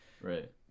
right